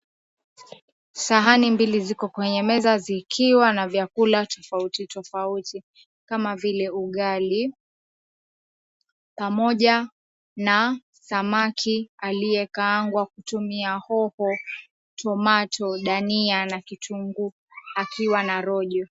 Sahani mbili ziko kwenye meza zikiwa na vyakula tofauti tofauti kama vile ugali pamoja na samaki aliyekaangwa kutumia hoho, tomato ,dania na kitunguu akiwa na rojo.